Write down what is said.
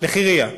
לחירייה.